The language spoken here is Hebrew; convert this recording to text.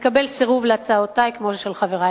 לקבל סירוב להצעותי, כמו אלה של חברי.